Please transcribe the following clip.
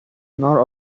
nor